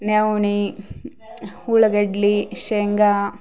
ನೆವಣಿ ಉಳ್ಳಾಗಡ್ಲಿ ಶೇಂಗಾ